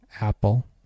Apple